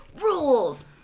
rules